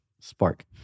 spark